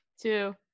two